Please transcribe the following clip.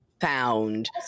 found